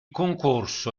concorso